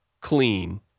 clean